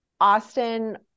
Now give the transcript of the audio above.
austin